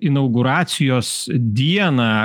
inauguracijos dieną